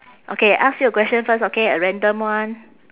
okay ask you a question first okay a random one